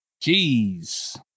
Jeez